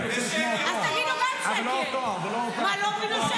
מה שעשית